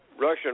russian